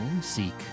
seek